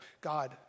God